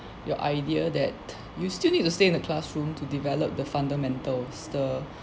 your idea that you still need to stay in the classroom to develop the fundamentals the